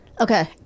Okay